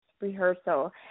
Rehearsal